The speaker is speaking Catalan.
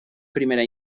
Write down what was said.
primera